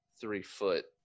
three-foot